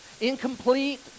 Incomplete